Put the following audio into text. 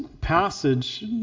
passage